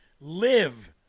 Live